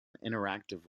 interactive